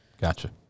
Gotcha